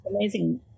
amazing